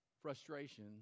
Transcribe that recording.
frustration